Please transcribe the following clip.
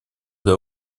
для